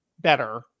better